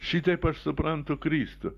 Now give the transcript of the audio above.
šitaip aš suprantu kristų